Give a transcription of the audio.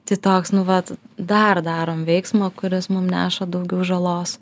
tai toks nu vat dar darom veiksmą kuris mums neša daugiau žalos